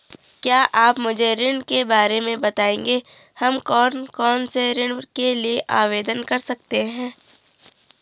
क्या आप मुझे ऋण के बारे में बताएँगे हम कौन कौनसे ऋण के लिए आवेदन कर सकते हैं?